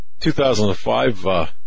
2005